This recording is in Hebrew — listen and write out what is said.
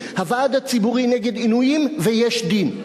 הוועד הציבורי נגד עינויים ו"יש דין".